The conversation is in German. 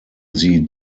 sie